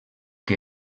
que